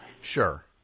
Sure